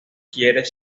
quiere